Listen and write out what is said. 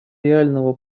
реального